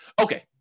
Okay